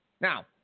Now